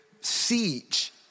siege